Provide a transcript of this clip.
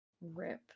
RIP